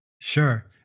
Sure